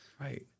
right